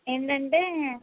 ఏంటంటే